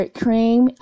cream